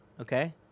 Okay